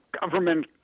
government